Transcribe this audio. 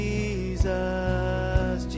Jesus